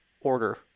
order